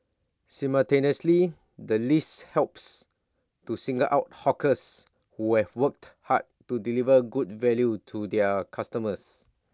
simultaneously the list helps to single out hawkers who have worked hard to deliver good value to their customers